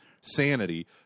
sanity